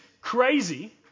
crazy